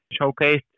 showcased